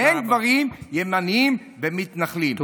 רק במקרה, שניהם גברים, ימנים ומתנחלים".